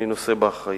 אני נושא באחריות.